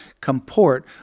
comport